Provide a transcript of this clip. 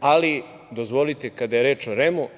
ali dozvolite, kada je reč o REM-u,